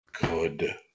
good